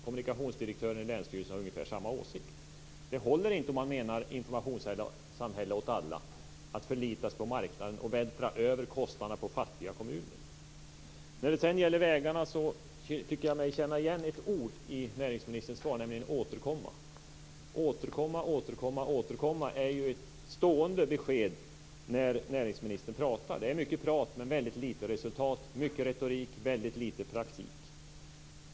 Kommunikationsdirektören i länsstyrelsen har ungefär samma åsikt. Det håller inte, om man vill ha ett informationssamhälle åt alla, att förlita sig på marknaden och vältra över kostnaderna på fattiga kommuner. När det sedan gäller vägarna vill jag säga att jag tycker mig känna igen ett ord i näringsministerns svar, nämligen "återkomma". "Vi återkommer" är ett stående besked när näringsministern pratar. Det är mycket prat men väldigt lite resultat. Det är mycket retorik men väldigt lite praktik.